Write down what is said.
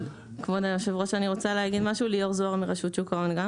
ליאור זוהר מרשות שוק ההון.